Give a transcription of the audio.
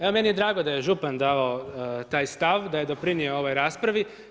Evo meni je drago da je župan dao taj stav, da je doprinio ovoj raspravi.